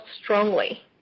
strongly